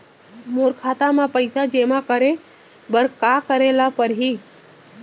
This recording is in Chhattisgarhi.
मोर खाता म पइसा जेमा करे बर का करे ल पड़ही?